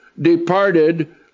departed